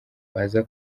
baza